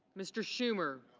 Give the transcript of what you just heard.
mr. schumer.